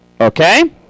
Okay